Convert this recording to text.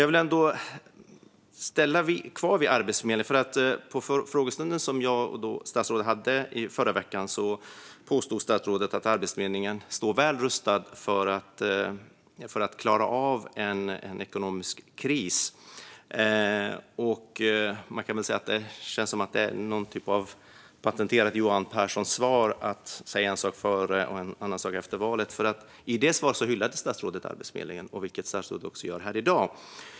Jag vill ändå stanna kvar vid Arbetsförmedlingen, för på frågestunden där jag och statsrådet debatterade i förra veckan påstod statsrådet att Arbetsförmedlingen står väl rustad för att klara av en ekonomisk kris. Man kan väl säga att det känns som en typ av patenterat Johan Pehrson-svar att säga en sak före och en annan sak efter valet. I det svaret hyllade statsrådet Arbetsförmedlingen, vilket statsrådet också gör här i dag.